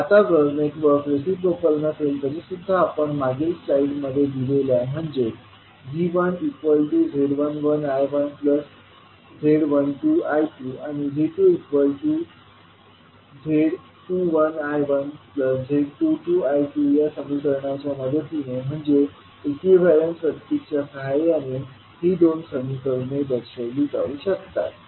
आता जर network reciprocal नसेल तरीसुद्धा आपण मागील स्लाइड्समध्ये दिलेल्या म्हणजे V1z11I1z12I2 आणि V2z21I1z22I2 या समीकरणाच्या मदतीने म्हणजे इक्विवेलेंट सर्किटच्या सहाय्याने ही दोन समीकरणे दर्शविली जाऊ शकतात